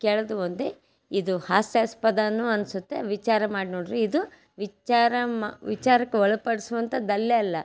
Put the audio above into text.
ಕೇಳೋದೂ ಒಂದೇ ಇದು ಹಾಸ್ಯಾಸ್ಪದನೂ ಅನ್ನಿಸುತ್ತೆ ವಿಚಾರ ಮಾಡಿ ನೋಡಿರಿ ಇದು ವಿಚಾರ ಮಾ ವಿಚಾರಕ್ಕೊಳಪಡ್ಸುವಂಥದ್ದು ಅಲ್ಲೇ ಅಲ್ಲ